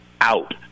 out